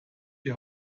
die